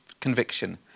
conviction